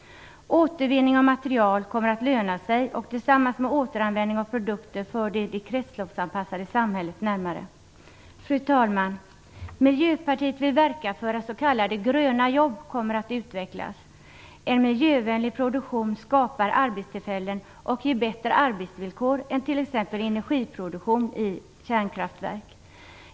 Återvinning av material kommer att löna sig, och tillsammans med återanvändning av produkter för det det kretsloppsanpassade samhället närmare. Fru talman! Miljöpartiet vill verka för att s.k. gröna jobb kommer att utvecklas. En miljövänlig produktion skapar arbetstillfällen och ger bättre arbetsvillkor än t.ex. energiproduktion i kärnkraftverk.